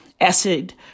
acid